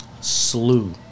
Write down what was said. Slew